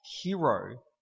hero